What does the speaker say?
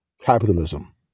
capitalism